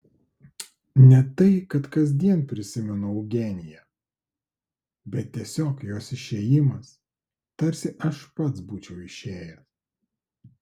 ne tai kad kasdien prisimenu eugeniją bet tiesiog jos išėjimas tarsi aš pats būčiau išėjęs